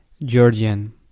georgian